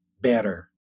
better